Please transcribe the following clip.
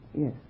Yes